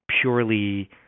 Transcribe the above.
purely